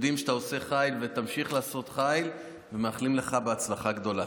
יודעים שאתה עושה חיל ותמשיך לעשות חיל ומאחלים לך הצלחה גדולה.